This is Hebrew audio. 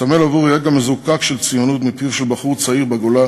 מסמל עבורי רגע מזוקק של ציונות מפיו של בחור צעיר בגולה